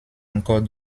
encore